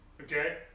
Okay